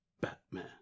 Batman